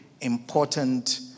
important